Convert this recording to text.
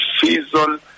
season